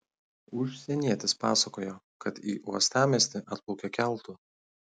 užsienietis pasakojo kad į uostamiestį atplaukė keltu